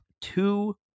two